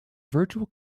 virtual